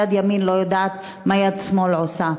יד ימין לא יודעת מה יד שמאל עושה.